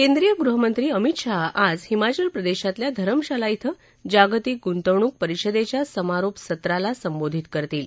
केंद्रीय गृहमंत्री अमित शहा आज हिमाचल प्रदेशातल्या धरमशाळा ध्वें जागतिक गुंतवणूक परिषदेच्या समारोपसत्राला संबोधित करतील